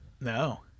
No